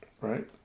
right